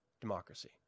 democracy